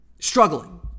struggling